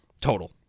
Total